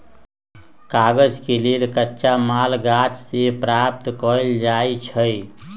कागज के लेल कच्चा माल गाछ से प्राप्त कएल जाइ छइ